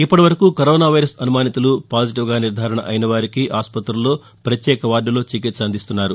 ఇప్పటివరకు corona virus అనుమానితులు పాజిటివ్గా నిర్దారణ అయిన వారికి ఆస్పతులలో ప్రత్యేక వార్దులలో చికిత్స అందిస్తున్నారు